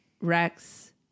Rex